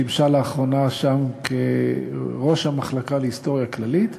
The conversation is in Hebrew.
שימשה לאחרונה שם כראש המחלקה להיסטוריה כללית.